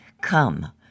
Come